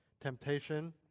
temptation